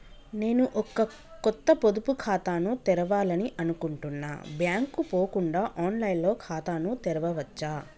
నేను ఒక కొత్త పొదుపు ఖాతాను తెరవాలని అనుకుంటున్నా బ్యాంక్ కు పోకుండా ఆన్ లైన్ లో ఖాతాను తెరవవచ్చా?